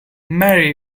marry